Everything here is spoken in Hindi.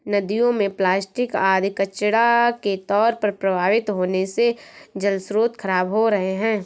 नदियों में प्लास्टिक आदि कचड़ा के तौर पर प्रवाहित होने से जलस्रोत खराब हो रहे हैं